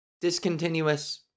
discontinuous